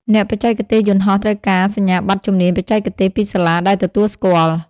អ្នកបច្ចេកទេសយន្តហោះត្រូវការសញ្ញាបត្រជំនាញបច្ចេកទេសពីសាលាដែលទទួលស្គាល់។